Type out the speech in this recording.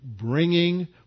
bringing